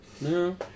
No